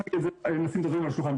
אני אשים את הדברים על השולחן,